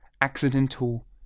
accidental